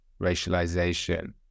racialization